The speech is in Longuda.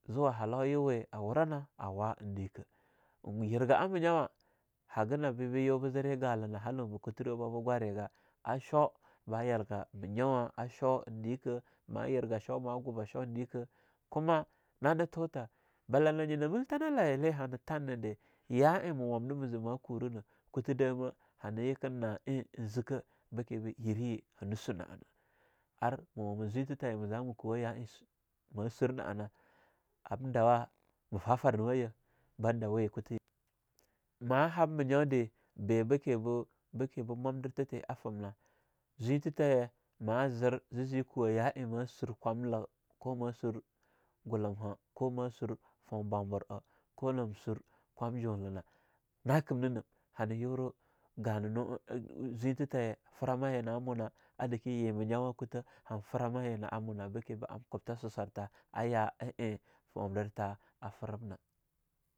Zuwa halau yawe a wurana a wah eing dikah. Eing yergah a minyawa hagana bo be yu be zere galinah halau be kuteriwa ba bo gwariga ga, a shoo ba yergah minyawa a sho eing dika mah yergah shoo mah gubah sho eing dika, kumah na tuthah bala nyina meltana layi le hana than nah dah yah eing mah wamda zee ma kurah nah, kutu dama hana yikin na eing zekah bekimbe yirye hana suna na. Ar Mah wama zwintha taye ma zah makuwa ya eing ma suna'a na. Ar ma wama zwintha taye mah zamah kuwah ya eing su..u.. ma surna'a na am dawa ma fah farnuwa yeh bandah we kutha... Mah hab minyo de bee beke boo beke boo mumdirtha tee afem nah. zwintathaye ma zir zizi kuwah yah eing ma sur kwamla ko ma sur gulumha, ko masur foun bwambur'a ko nam sur kwam junlah na, na kimnahnam. Hana yurah gananu uh uh zwintha thaye framahyina a munah a dake ayi minyawa kutha han frama yina a amuna bekem bo ham kubtha susartha aya a eing mwamdirtha a framna.